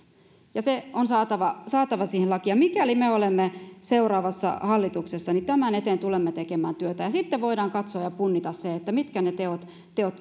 ja se on saatava saatava siihen lakiin ja mikäli me olemme seuraavassa hallituksessa niin tämän eteen tulemme tekemään työtä ja sitten voidaan katsoa ja punnita se mitkä ne teot teot